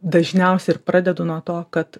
dažniausiai ir pradedu nuo to kad